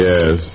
Yes